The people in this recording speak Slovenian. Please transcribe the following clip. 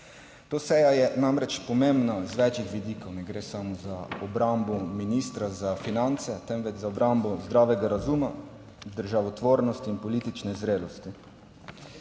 Ta seja je namreč pomembna z več vidikov. Ne gre samo za obrambo ministra za finance, temveč za obrambo zdravega razuma, državotvornosti in politične zrelosti.